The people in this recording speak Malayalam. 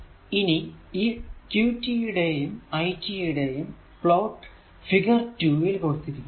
ഇനി ഈ qt യുടെയും it യുടെയും പ്ലോട്ട് ഫിഗർ 2 ൽ കൊടുത്തിരിക്കുന്നു